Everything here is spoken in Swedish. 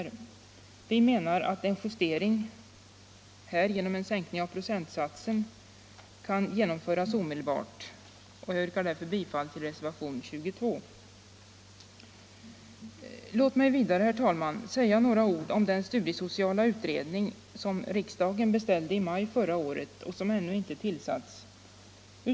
Nr 84 Vi menar att en justering här genom en sänkning av procentsatsen kan Tisdagen den genomföras omedelbart och jag yrkar därför bifall till reservationen 22. 20 maj 1975 Låt mig vidare, herr talman, säga några ord om den studiesociala ut PNP DE redning som riksdagen beställde i maj förra året och som ännu inte till Vuxenutbildningen, satts.